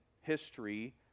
history